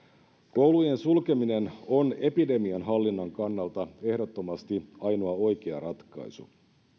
koulujen sulkeminen on epidemian hallinnan kannalta ehdottomasti ainoa oikea ratkaisu